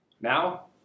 now